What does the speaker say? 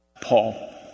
Paul